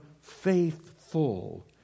faithful